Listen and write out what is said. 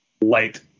light